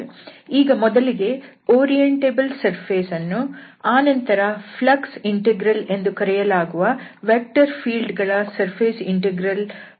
ಈಗ ಮೊದಲಿಗೆ orientable surface ಅನ್ನು ಆನಂತರ ಫ್ಲಕ್ಸ್ ಇಂಟೆಗ್ರಲ್ ಎಂದು ಕರೆಯಲಾಗುವ ವೆಕ್ಟರ್ ಫೀಲ್ಡ್ ಗಳ ಸರ್ಫೇಸ್ ಇಂಟೆಗ್ರಲ್ ಗಳನ್ನು ಅಭ್ಯಸಿಸುತ್ತೇವೆ